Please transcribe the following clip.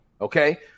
okay